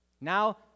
Now